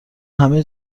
همه